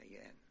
again